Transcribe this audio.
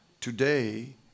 today